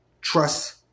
trust